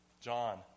John